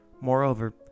Moreover